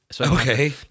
Okay